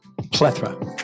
plethora